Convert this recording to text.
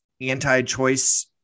anti-choice